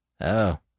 Oh